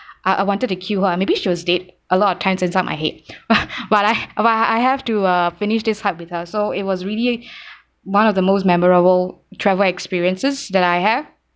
uh I wanted to kill her maybe she was dead a lot of times inside my head but I but I have to uh finish this hike with her so it was really one of the most memorable travel experiences that I have